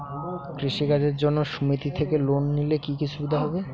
কৃষি কাজের জন্য সুমেতি থেকে লোন নিলে কি কি সুবিধা হবে?